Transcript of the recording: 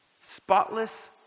spotless